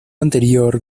anterior